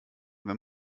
wenn